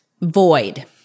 void